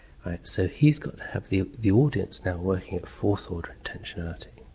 so he's got to have the the audience now working at fourth order intentionality.